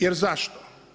Jer zašto?